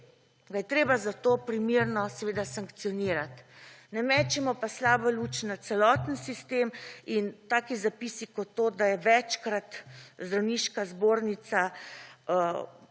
ga je treba zato primerno sankcionirati. Ne mečimo pa slabo luč na celoten sistem in taki zapisi, kot to, da je včekrat zdravniška zbornica